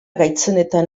gaitzenetan